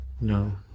No